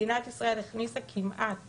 מדינת ישראל הכניסה כמעט